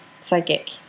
psychic